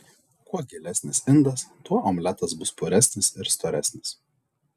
kuo gilesnis indas tuo omletas bus puresnis ir storesnis